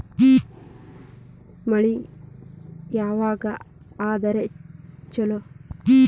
ಮಳಿ ಯಾವಾಗ ಆದರೆ ಛಲೋ?